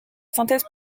synthèse